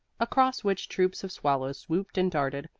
across which troops of swallows swooped and darted,